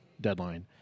deadline